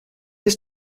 ist